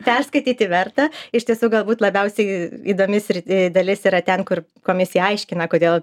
perskaityti verta iš tiesų galbūt labiausiai įdomi sriti dalis yra ten kur komisija aiškina kodėl